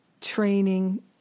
training